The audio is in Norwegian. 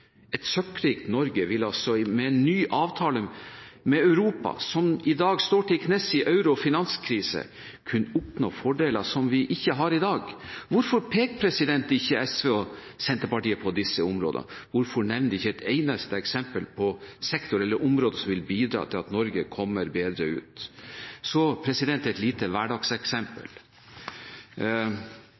Et søkkrikt Norge vil altså med en ny avtale med Europa, som i dag står til knes i eurokrise og finanskrise, kunne oppnå fordeler som vi ikke har i dag. Hvorfor peker ikke SV og Senterpartiet på disse områdene? Hvorfor nevner de ikke et eneste eksempel på sektor eller område som vil bidra til at Norge kommer bedre ut?